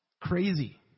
crazy